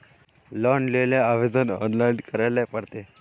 Loan लेले आवेदन online करे ले पड़ते?